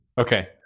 Okay